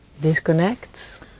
disconnects